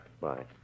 Bye